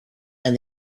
and